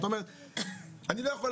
למה?